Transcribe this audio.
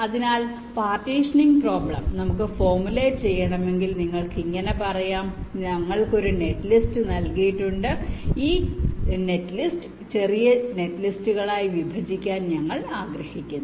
അതിനാൽ partitioning problem നമുക്ക് formulate ചെയ്യണമെങ്കിൽ നമുക്ക് ഇത് ഇങ്ങനെ പറയാം ഞങ്ങൾക്ക് ഒരു നെറ്റ്ലിസ്റ്റ് നൽകിയിട്ടുണ്ട് ഈ നെറ്റ്ലിസ്റ്റ് ഒരു ചെറിയ നെറ്റ്ലിസ്റ്റുകളായി വിഭജിക്കാൻ ഞങ്ങൾ ആഗ്രഹിക്കുന്നു